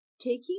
Taking